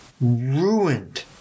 ruined